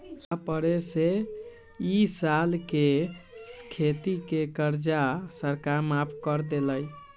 सूखा पड़े से ई साल के सारा खेती के कर्जा सरकार माफ कर देलई